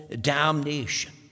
damnation